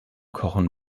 kochen